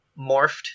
morphed